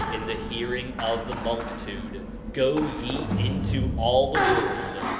in the hearing of the multitude go ye into all the world,